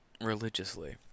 religiously